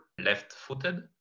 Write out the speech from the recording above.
left-footed